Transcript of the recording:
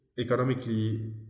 Economically